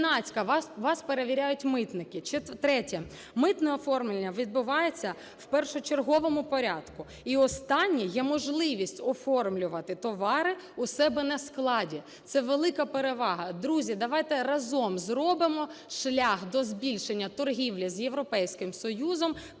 вас перевіряють митники. Третє. Митне оформлення відбувається в першочерговому порядку. І останнє, є можливість оформлювати товари у себе на складі, це велика перевага. Друзі, давайте разом зробимо шлях до збільшення торгівлі з Європейським Союзом